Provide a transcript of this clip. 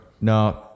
no